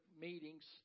meetings